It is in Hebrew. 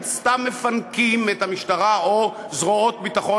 אם הם סתם מפנקים את המשטרה או זרועות ביטחון